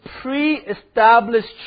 pre-established